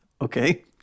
Okay